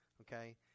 okay